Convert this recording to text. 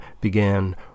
began